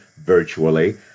virtually